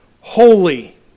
holy